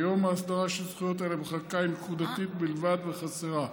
כיום ההסדרה של זכויות אלה בחקיקה היא נקודתית בלבד וחסרה.